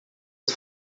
het